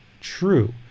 true